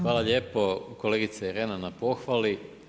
Hvala lijepo kolegice Irena na pohvali.